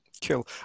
kill